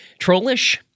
Trollish